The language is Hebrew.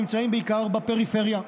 נמצאים בעיקר בפריפריה.